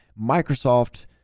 Microsoft